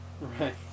Right